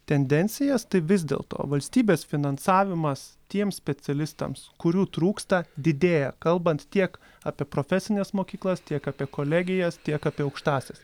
tendencijas tai vis dėl to valstybės finansavimas tiems specialistams kurių trūksta didėja kalbant tiek apie profesines mokyklas tiek apie kolegijas tiek apie aukštąsias